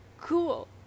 cool